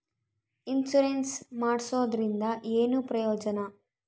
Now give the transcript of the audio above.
Insurance ಮಾಡ್ಸೋದರಿಂದ ಏನು ಪ್ರಯೋಜನ?